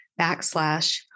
backslash